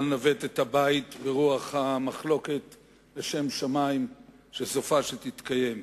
לנווט את הבית ברוח המחלוקת לשם שמים שסופה שתתקיים.